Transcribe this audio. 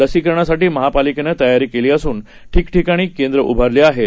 लसीकरणासाठीमहापालिकेनंतयारीकेलीअसूनठिकठिकाणीकेंद्रंउभारलीआहेत